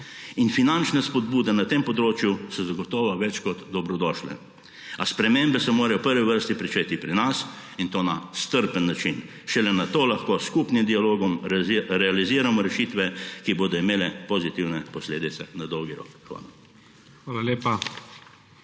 In finančne spodbude na tem področju so zagotovo več kot dobrodošle. A spremembe se morajo v prvi vrsti pričeti pri nas, in to na strpen način, šele nato lahko s skupnim dialogom realiziramo rešitve, ki bodo imele pozitivne posledice na dolgi rok. Hvala.